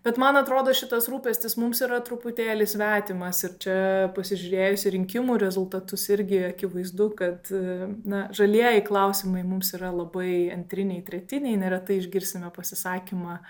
bet man atrodo šitas rūpestis mums yra truputėlį svetimas ir čia pasižiūrėjus į rinkimų rezultatus irgi akivaizdu kad na žalieji klausimai mums yra labai antriniai tretiniai neretai išgirsime pasisakymą